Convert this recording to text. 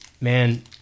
man